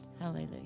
Hallelujah